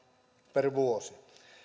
per vuosi